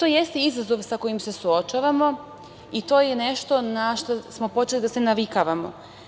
I to jeste izazov sa kojim se suočavamo i to je nešto na šta smo počeli da se navikavamo.